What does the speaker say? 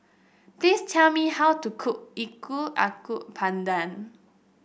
please tell me how to cook pandan